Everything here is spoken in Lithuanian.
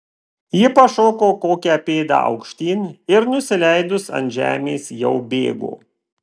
ji pašoko kokią pėdą aukštyn ir nusileidus ant žemės jau bėgo